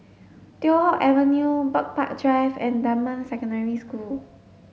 Teow Hock Avenue Bird Park Drive and Dunman Secondary School